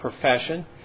profession